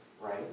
right